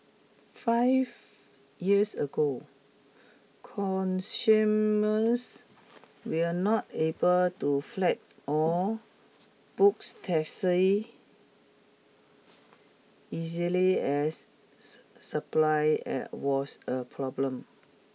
five years ago will not able to flat or books taxi easily as supply was a problem